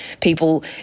people